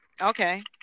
okay